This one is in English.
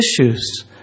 issues